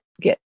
get